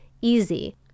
easy